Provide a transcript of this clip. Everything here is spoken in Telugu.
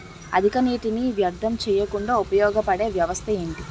అధిక నీటినీ వ్యర్థం చేయకుండా ఉపయోగ పడే వ్యవస్థ ఏంటి